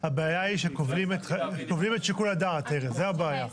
הבעיה היא שכובלים את שיקול הדעת, זו הבעיה.